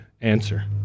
answer